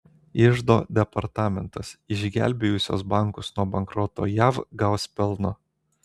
iždo departamentas išgelbėjusios bankus nuo bankroto jav gaus pelno